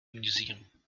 museum